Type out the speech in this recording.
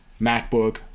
MacBook